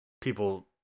people